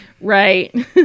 Right